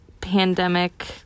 pandemic